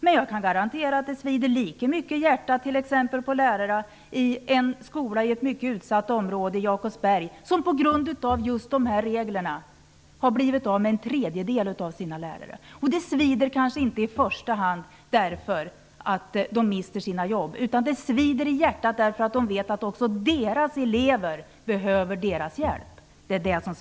Men jag kan garantera att det svider lika mycket i hjärtat på lärare i en skola i ett mycket utsatt område i Jakobsberg, där man på grund av just de här reglerna har blivit av med en tredjedel av sina läare. Det svider kanske inte i första hand för att de har mist sina jobb, utan för att de vet att eleverna behöver deras hjälp.